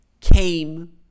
came